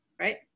Right